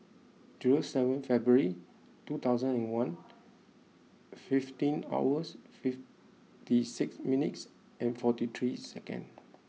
zero seven February two thousand and one fifteen hours fifty six minutes and forty three second